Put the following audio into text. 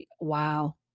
Wow